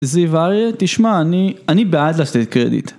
זהיבאריה, תשמע, אני בעד לעשות קרדיט.